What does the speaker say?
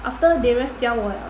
after Darius 教我